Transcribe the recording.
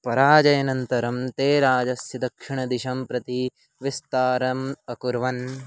पराजयानन्तरं ते राजस्य दक्षिणदिशिं प्रति विस्तारम् अकुर्वन्